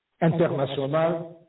international